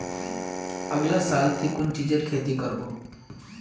अगला साल ती कुन चीजेर खेती कर्बो